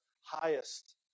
Highest